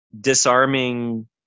disarming